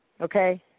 Okay